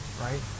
right